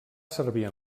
servir